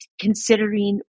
considering